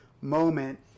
moment